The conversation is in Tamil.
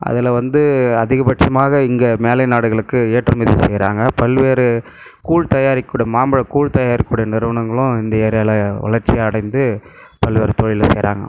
அதில் வந்து அதிக பட்சமாக இங்கே மேலைநாடுகளுக்கு ஏற்றுமதி செய்கிறாங்க பல்வேறு கூழ் தயாரிக்க கூடிய மாம்பழ கூழ் தயாரிக்க கூடிய நிறுவனங்களும் இந்த ஏரியாவில் வளர்ச்சி அடைந்து பல்வேறு தொழிலை செய்கிறாங்க